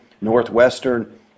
Northwestern